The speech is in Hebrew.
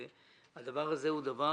הדבר הזה הוא דבר